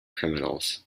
criminals